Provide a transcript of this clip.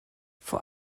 vor